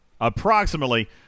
approximately